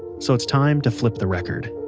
so it's time to flip the record